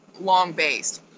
long-based